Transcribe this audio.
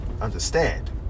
understand